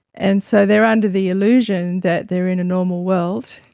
and so they are under the illusion that they are in a normal world,